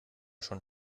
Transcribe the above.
schon